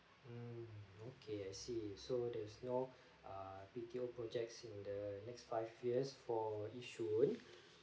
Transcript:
mm okay I see so there is no err B_T_O project in the next five years for yishun